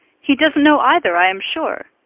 he doesn't know either, i am sure.